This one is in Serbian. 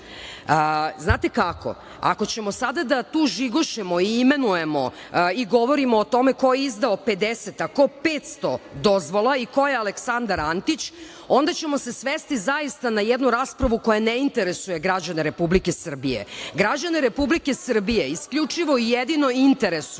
Znate kako, ako ćemo sada da žigošemo i imenujemo i govorimo o tome ko je izdao 50, a ko 500 dozvola, ko je Aleksandar Antić, onda ćemo se svesti zaista na jednu raspravu koja ne interesuje građane Republike Srbije. Građane Republike Srbije, isključivo i jedino interesuje